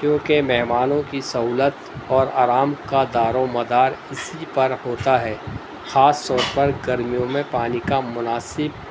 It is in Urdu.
کیونکہ مہمانوں کی سہولت اور آرام کا دار و مدار اسی پر ہوتا ہے خاص طور پر گرمیوں میں پانی کا مناسب